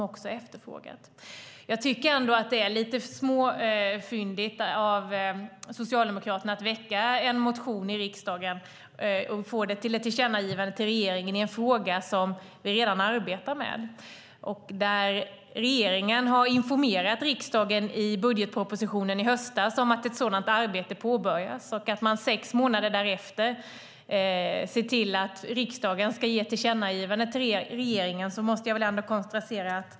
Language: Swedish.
Det är lite småfyndigt av Socialdemokraterna att väcka en motion i riksdagen och nå fram till ett tillkännagivande till regeringen i en fråga som vi redan arbetar med. Regeringen informerade riksdagen i budgetpropositionen i höstas om att ett sådant arbete påbörjats. Sex månader senare vill man att riksdagen ska göra ett tillkännagivande till regeringen.